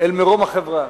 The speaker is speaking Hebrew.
אל מרום החברה.